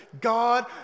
God